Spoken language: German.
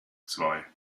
zwei